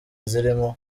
zirimo